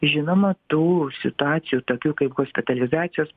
žinoma tų situacijų tokių kaip hospitalizacijos